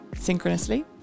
synchronously